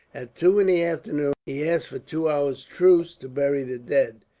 at two in the afternoon he asked for two hours' truce, to bury the dead.